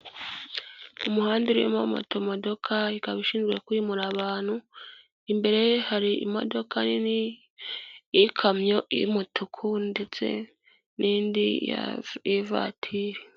Umuhanda urimo moto modoka, ikaba ishinzwe kwimura abantu, imbere ye hari imodoka nini y'ikamyo y'umutuku ndetse n'indi y'ivatiri.